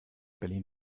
berlin